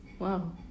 Wow